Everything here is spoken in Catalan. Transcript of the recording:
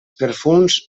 perfums